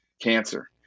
cancer